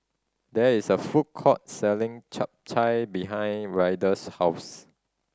there is a food court selling Chap Chai behind Ryder's house